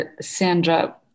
Sandra